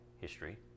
history